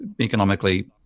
economically